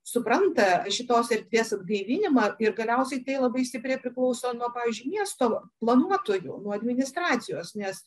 supranta šitos erdvės atgaivinimą ir galiausiai tai labai stipriai priklauso nuo pavyzdžiui miesto planuotojų nuo administracijos nes